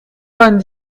vingt